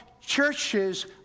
churches